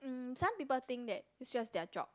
um some people think that it's just their job